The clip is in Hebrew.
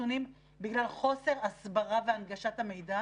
חיסונים בגלל חוסר הסברה והנגשת המידע.